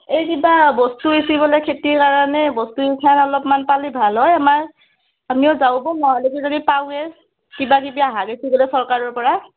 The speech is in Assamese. এই কিবা বস্তু সিঁচিবলৈ খেতিৰ কাৰণে বস্তু সিঁচাৰ অলপমান পালে ভাল হয় আমাৰ আমিও যাও ব'ল কিবা কিবি চৰকাৰৰ পৰা